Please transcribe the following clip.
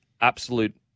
absolute